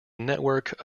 network